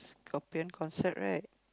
scorpion concert right